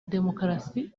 demokarasi